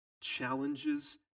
challenges